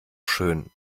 schön